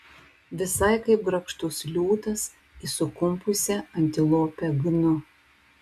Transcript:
visai kaip grakštus liūtas į sukumpusią antilopę gnu